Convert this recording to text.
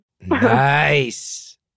Nice